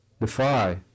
defy